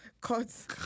Cuts